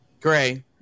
Gray